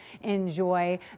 Enjoy